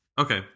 Okay